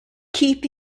keep